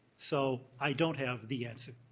so i don't have the answer.